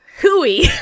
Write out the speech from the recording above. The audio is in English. hooey